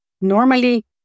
normally